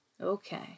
Okay